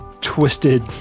twisted